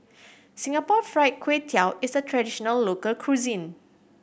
Singapore Fried Kway Tiao is a traditional local cuisine